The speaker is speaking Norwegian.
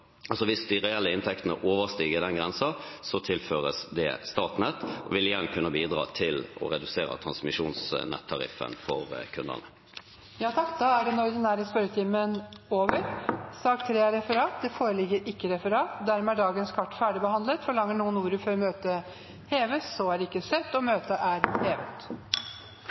hvis de reelle inntektene overstiger den grensen, tilføres det Statnett, og det vil igjen bidra til å redusere transmisjonsnettariffen for kundene. Dermed er sak nr. 2 ferdigbehandlet. Det foreligger ikke noe referat. Dermed er dagens kart ferdigbehandlet. Forlanger noen ordet før møtet heves? – Møtet er hevet.